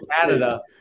Canada